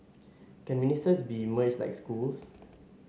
can ministers be merged like schools